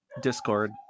Discord